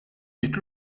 ġiet